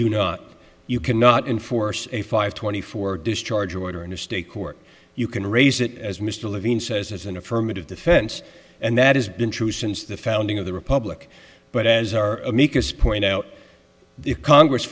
do no you cannot enforce a five twenty four discharge order in a state court you can raise it as mr levine says as an affirmative defense and that has been true since the founding of the republic but as our amicus point out the congress